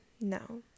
no